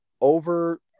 over